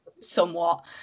somewhat